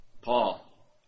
Paul